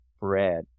bread